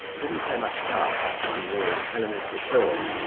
didn't play much part in the hellenistic thought.